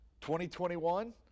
2021